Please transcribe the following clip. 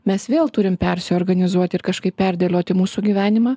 mes vėl turim persiorganizuot ir kažkaip perdėlioti mūsų gyvenimą